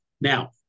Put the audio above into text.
Now